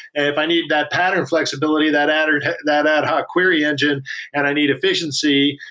if i need that pattern flexibility, that ad um that ad hoc query engine and i need efficiency,